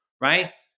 Right